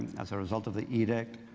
as a result of the edict,